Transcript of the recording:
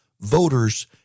Voters